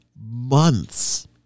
months